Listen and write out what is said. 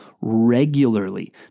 regularly